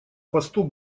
посту